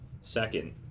Second